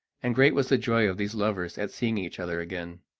and great was the joy of these lovers at seeing each other again.